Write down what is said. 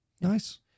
nice